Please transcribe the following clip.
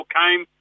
came